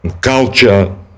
culture